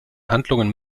handlungen